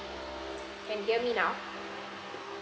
can hear me now